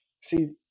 See